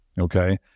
Okay